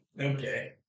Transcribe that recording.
Okay